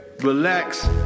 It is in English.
relax